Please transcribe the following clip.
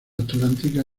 atlántica